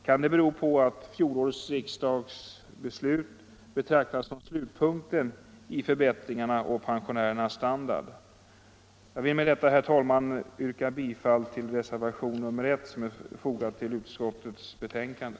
Kan det bero på att fjolårets riksdags beslut betraktas som slutpunkten i förbättringarna av pensionärernas standard? Herr talman! Jag vill med detta yrka bifall till reservationen 1 vid utskottets betänkande.